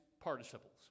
participles